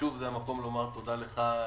שוב זה המקום לומר תודה לך,